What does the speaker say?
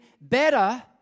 better